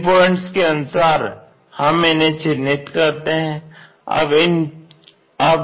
इन points के अनुसार हम इन्हें चिन्हित करते हैं